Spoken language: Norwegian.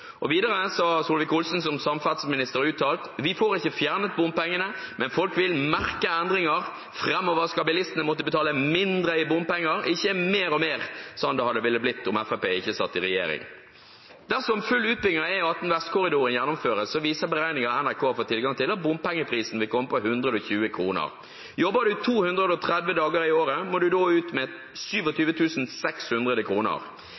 Videre har Solvik-Olsen som samferdselsminister uttalt: «Vi får ikke fjernet bompengene, men folk vil merke endringer. Framover skal bilistene måtte betale mindre i bompenger, ikke mer og mer, slik det ville blitt om FrP ikke satt i regjering.» Dersom full utbygging av E18 Vestkorridoren gjennomføres, viser beregninger NRK har fått tilgang til, at bompengeprisen vil bli 120 kr. Jobber en 230 dager i året, må en ut med 27 600 kr. I dagens bomring er prisen 6 624 kr i året,